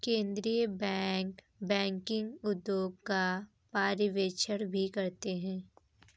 केन्द्रीय bank banking उद्योग का पर्यवेक्षण भी करते हैं